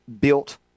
built